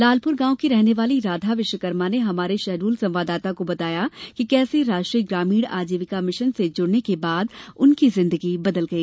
लॉलपुर गांव की रहने वाली राधा विश्वकर्मा ने हमारे शहडोल संवाददाता को बताया कि कैसे राष्ट्रीय ग्रामीण आजीविका मिशन से जुड़ने के बाद उनकी जिंदगी बदल गई